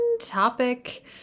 topic